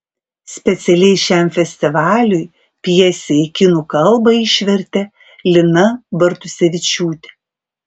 specialiai šiam festivaliui pjesę į kinų kalbą išvertė lina bartusevičiūtė